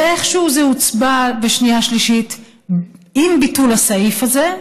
ואיכשהו זה הוצבע בשנייה ושלישית עם ביטול הסעיף הזה,